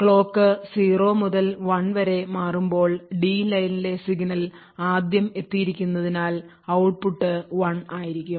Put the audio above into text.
clock 0 മുതൽ 1 വരെ മാറുമ്പോൾ ഡി ലൈനിലെ സിഗ്നൽ ആദ്യം എത്തിയിരിക്കുന്നതിനാൽ ഔട്ട്പുട്ട് 1 ആയിരിക്കും